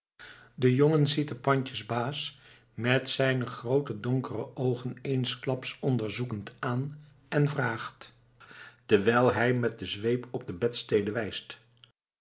de jongen ziet den pandjesbaas met zijne groote donkere oogen eensklaps onderzoekend aan en vraagt terwijl hij met de zweep op de bedstede wijst